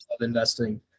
investing